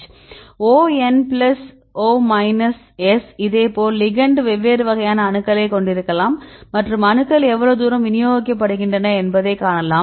O N plus O minus S இதேபோல் ligand வெவ்வேறு வகையான அணுக்களைக் கொண்டிருக்கலாம் மற்றும் அணுக்கள் எவ்வளவு தூரம் விநியோகிக்கப்படுகின்றன என்பதைக் காணலாம்